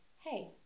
Hey